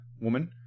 woman